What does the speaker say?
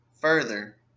further